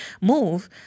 move